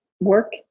work